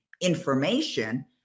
information